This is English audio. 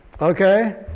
Okay